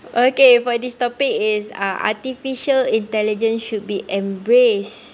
okay for this topic is uh artificial intelligence should be embrace